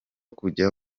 kujya